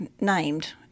named